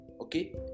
Okay